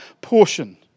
portion